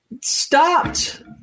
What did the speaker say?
stopped